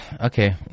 Okay